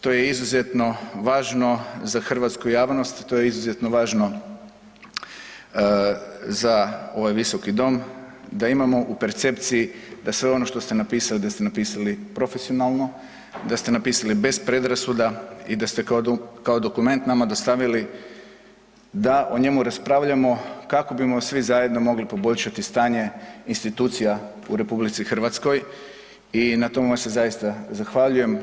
To je izuzetno važno za hrvatsku javnost i to je izuzetno važno za ovaj Visoki dom, da imamo u percepciji, da sve ono što ste napisali, da ste napisali profesionalno, da ste napisali bez predrasuda i da ste kao dokument nama dostavili da o njemu raspravljamo kako ... svi zajedno poboljšati stanje institucija u RH i na tome vam se zaista zahvaljujem.